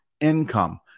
income